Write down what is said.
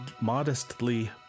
modestly